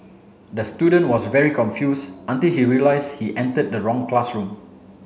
the student was very confused until he realised he entered the wrong classroom